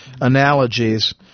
analogies